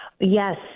Yes